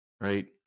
right